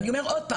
אבל אני אומר שוב,